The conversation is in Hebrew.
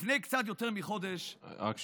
לפני קצת יותר מחודש, רק שנייה.